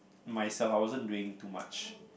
myself I wasn't doing too much